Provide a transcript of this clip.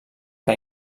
que